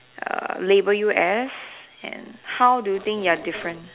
err label you as and how do you think you are different